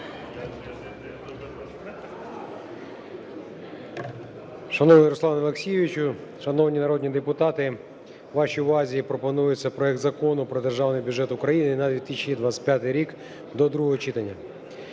Шановний Руслан Олексійович, шановні народні депутати, вашій увазі пропонується проект Закону про Державний бюджет України на 2025 рік до другого читання.